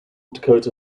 dakota